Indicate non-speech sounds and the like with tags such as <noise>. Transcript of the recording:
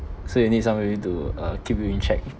so you need somebody to uh keep you in check <laughs>